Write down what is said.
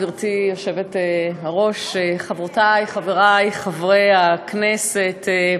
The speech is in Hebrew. גברתי היושבת-ראש, חברותי, חברי, חברי הכנסת,